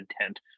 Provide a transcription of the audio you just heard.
intent